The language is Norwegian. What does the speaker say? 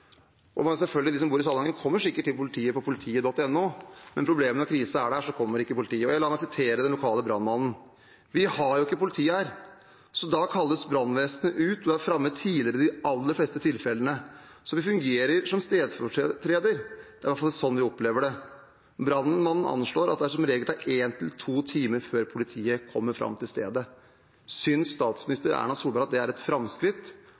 De som bor i Salangen, kommer selvfølgelig sikkert til politiet på politiet.no, men problemet er at når krisen er der, kommer ikke politiet. La meg sitere den lokale brannmannen: «Vi har jo ikke politiet her, så da kalles brannvesenet ut og er framme tidligere i de aller fleste tilfellene. Så vi fungerer som stedfortreder. Det er i hvert fall sånn vi opplever det.» Brannmannen anslår at det som regel tar én til to timer før politiet kommer fram til stedet. Synes statsminister Erna Solberg at det er et framskritt